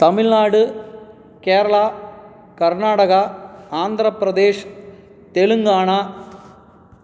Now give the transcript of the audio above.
Tamil Nadu Kerala Karnataka Andhra Pradesh Telangana